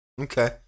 Okay